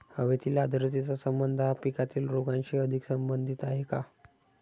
हवेतील आर्द्रतेचा संबंध हा पिकातील रोगांशी अधिक संबंधित आहे का?